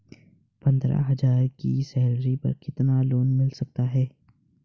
पंद्रह हज़ार की सैलरी पर कितना लोन मिल सकता है?